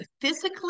physically